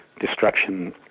destruction